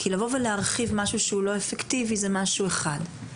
כי לבוא ולהרחיב משהו שהוא לא אפקטיבי זה משהו אחד.